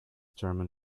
german